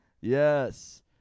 Yes